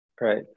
Right